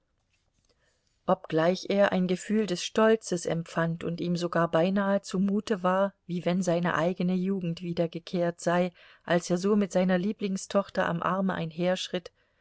obgleich er ein gefühl des stolzes empfand und ihm sogar beinahe zumute war wie wenn seine eigene jugend wiedergekehrt sei als er so mit seiner lieblingstochter am arme